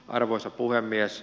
arvoisa puhemies